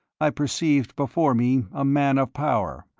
i perceived before me a man of power,